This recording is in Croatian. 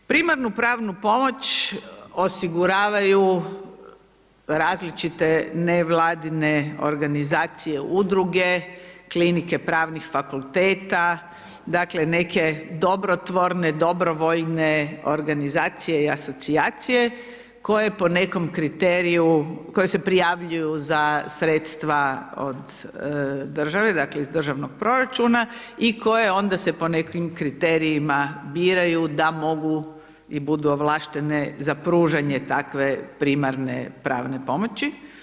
Primarnu pravnu pomoć, osiguravaju različite nevladine organizacije, udruge, klinike pravnih fakulteta, dakle, neke dobrotvorne, dobrovoljne organizacije i asocijacije, koje po nekom kriteriju, koji se prijavljuju za sredstva od države, dakle, iz državnog proračuna i koje onda se po nekim kriterijima biraju da mogu i budu ovlaštene za pružanje takve primarne pravne pomoći.